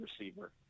receiver